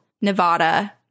Nevada